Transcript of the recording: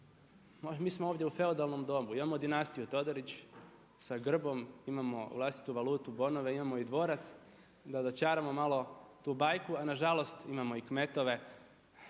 Mi smo ovdje u feudalnom dobu. Imamo dinastiju Todorić sa grbom, imamo vlastitu valutu bonove, imamo i dvorac da dočaramo malo tu bajku, a na žalost imamo i kmetove.